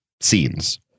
scenes